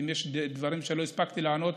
ואם יש דברים שלא הספקתי לענות,